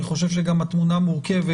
אני חושב שגם התמונה מורכבת.